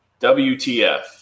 WTF